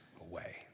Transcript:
away